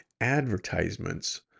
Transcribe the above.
advertisements